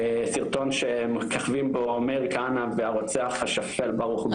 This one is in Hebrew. סרטון שמככבים בו מאיר כהנא והרוצח השפל ברוך גולדשטיין.